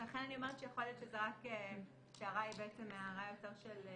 לכן אני אומרת שיכול להיות שההערה היא הערה של הבהרה.